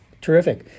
Terrific